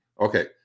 okay